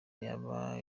izaba